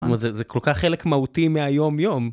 זאת אומרת זה כל כך חלק מהותי מהיום יום.